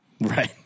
Right